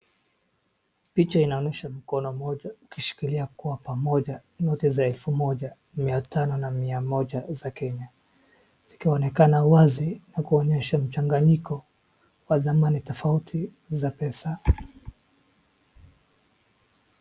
Picha inaonyesha mkono mmoja ikishikilia kwa pamoja noti za elfu moja, mia tano na mia moja za Kenya, zikionekana wazi na kuonyesha mchanganyiko wa thamani tofauti za pesa.